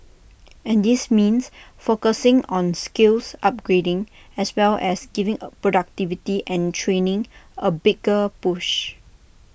and this means focusing on skills upgrading as well as giving A productivity and training A bigger push